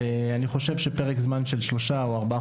ואני חושב שפרק זמן של שלושה או ארבעה